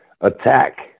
attack